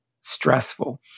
stressful